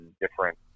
different